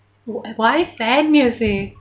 why sad music